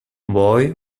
boy